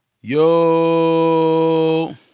Yo